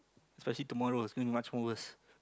especially tomorrow it's going to be much more worse